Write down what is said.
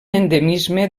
endemisme